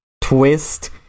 twist